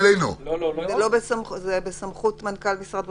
זה בסמכות מנכ"ל משרד הבריאות,